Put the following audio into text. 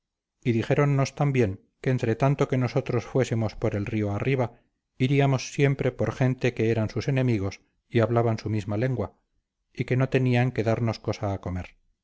y dijéronnos también que entretanto que nosotros fuésemos por el río arriba iríamos siempre por gente que eran sus enemigos y hablaban su misma lengua y que no tenían que darnos cosa a comer